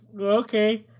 Okay